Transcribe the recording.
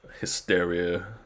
hysteria